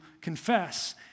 confess